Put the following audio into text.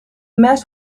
met